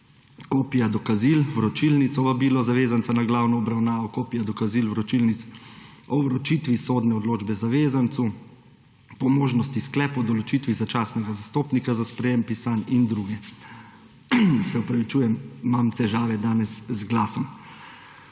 kopija dokazil, vročilnic, vabilo zavezanca na glavno obravnavo, kopija dokazil vročilnic o vročitvi sodne odločbe zavezancu, po možnosti sklep o določitvi začasnega zastopnika za sprejem pisanj in druge. Se opravičujem, imam težave danes z glasom.